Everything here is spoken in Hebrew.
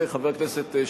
חבר הכנסת שטרית,